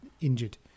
injured